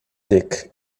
dick